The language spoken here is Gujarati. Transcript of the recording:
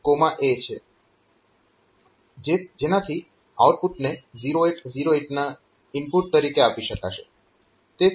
જેનાથી આઉટપુટને 0808 ના ઇનપુટ તરીકે આપી શકાશે